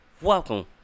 welcome